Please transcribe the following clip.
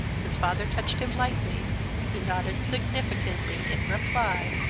his father touched him lightly he nodded significantly in reply.